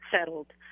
settled